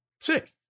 sick